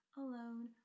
alone